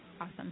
Awesome